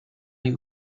you